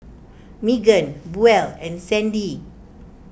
Meagan Buel and Sandie